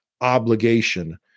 obligation